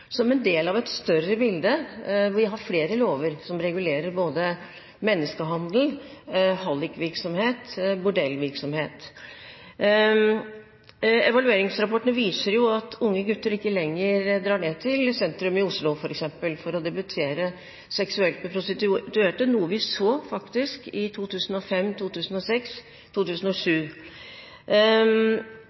som en del av et større bilde – vi har flere lover som regulerer både menneskehandel, hallikvirksomhet og bordellvirksomhet. Evalueringsrapportene viser at unge gutter ikke lenger drar ned til sentrum i Oslo, f.eks., for å debutere seksuelt med prostituerte, noe vi faktisk så i 2005, 2006 og 2007,